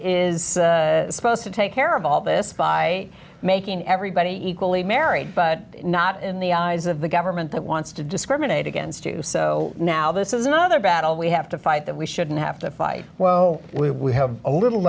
is supposed to take care of all this by making everybody equally married but not in the eyes of the government that wants to discriminate against you so now this is another battle we have to fight that we shouldn't have to fight well we we have a little